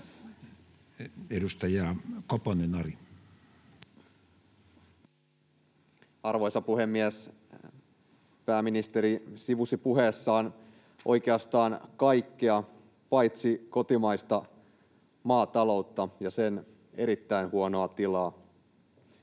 15:53 Content: Arvoisa puhemies! Pääministeri sivusi puheessaan oikeastaan kaikkea paitsi kotimaista maataloutta ja sen erittäin huonoa tilaa.